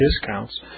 discounts